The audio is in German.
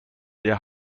der